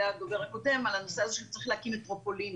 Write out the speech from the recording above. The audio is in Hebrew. הדובר הקודם על הנושא הזה שצריך להקים מטרופולינים,